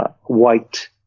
white